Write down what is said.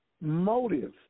motive